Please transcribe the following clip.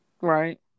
Right